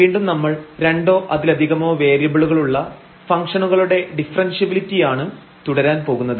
വീണ്ടും നമ്മൾ രണ്ടോ അതിലധികമോ വേരിയബിളുകളുള്ള ഫങ്ക്ഷനുകളുടെ ഡിഫറെൻഷ്യബിലിറ്റിയാണ് തുടരാൻ പോകുന്നത്